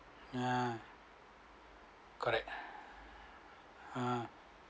ya correct ah